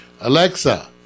Alexa